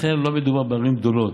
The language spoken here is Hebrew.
לכן לא מדובר בערים גדולות.